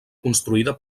construïda